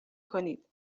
کنید